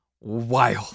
wild